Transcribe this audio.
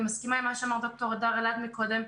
אני מסכימה עם מה שאמר ד"ר אלעד קודם.